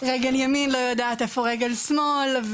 רגל ימין לא יודעת איפה רגל שמאל,